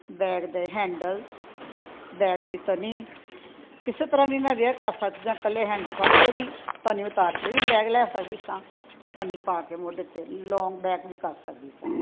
bag ਦੇ handle bag ਦੀ ਤਣੀ ਕਿਸੇ ਤਰ੍ਹਾਂ ਵੀ ਮੈਂ ਵੇਅਰ ਕਰ ਸਕਦੀ ਸਾਂ ਇਕੱਲੇ ਹੈਂਡਲ ਫੜ ਕੇ ਵੀ ਤਣੀ ਉਤਾਰ ਕੇ ਵੀ ਮੈਂ ਲੈ ਸਕਦੀ ਸਾਂ ਅਤੇ ਤਣੀ ਪਾ ਕੇ ਮੋਢੇ 'ਤੇ ਲੌਂਗ ਬੈਗ ਵੀ ਕਰ ਸਕਦੀ ਸਾਂ